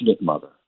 mother